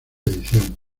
edición